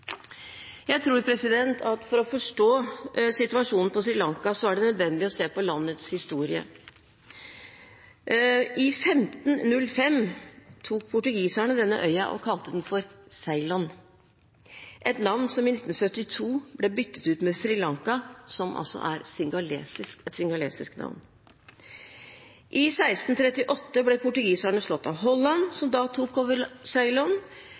Jeg tror at for å forstå situasjonen på Sri Lanka er det nødvendig å se på landets historie. I 1505 tok portugiserne denne øya og kalte den for Ceylon, et navn som i 1972 ble byttet ut med Sri Lanka, som er et singalesisk navn. I 1638 ble portugiserne stått av Holland, som da tok over